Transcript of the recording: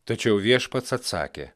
tačiau viešpats atsakė